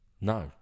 No